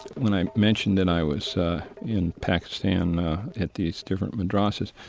when i mentioned that i was in pakistan at these different madrassas,